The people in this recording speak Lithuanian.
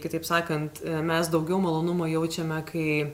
kitaip sakant mes daugiau malonumo jaučiame kai